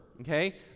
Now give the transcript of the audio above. okay